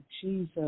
Jesus